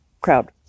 crowd